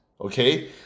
Okay